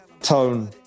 tone